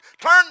turn